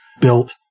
built